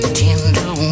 tender